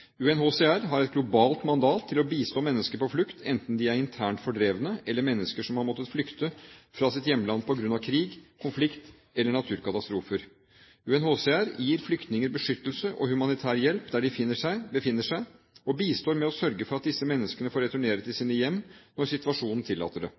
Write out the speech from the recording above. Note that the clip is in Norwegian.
UNHCR har et globalt mandat for å bistå mennesker på flukt, enten de er internt fordrevne eller har måttet flykte fra sitt hjemland på grunn av krig, konflikt eller naturkatastrofer. UNHCR gir flyktninger beskyttelse og humanitær hjelp der de befinner seg, og bistår med å sørge for at disse menneskene får returnere til sine hjem når situasjonen tillater det.